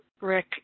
Rick